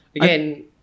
again